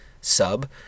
sub